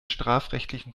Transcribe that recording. strafrechtlichen